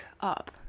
up